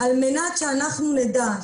על מנת שאנחנו נדע,